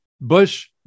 Bush